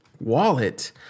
wallet